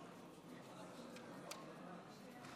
שרן,